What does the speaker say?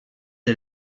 der